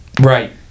Right